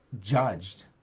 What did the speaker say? judged